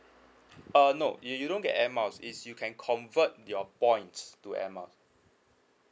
uh no you you don't get air miles is you can convert your points to air miles